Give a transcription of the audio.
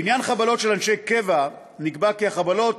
לעניין חבלות של אנשי קבע, נקבע כי החבלות